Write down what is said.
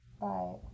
right